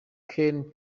kenny